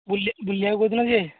ବୁଲିବାକୁ କେଉଁ ଦିନ ଯିବେ